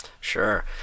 Sure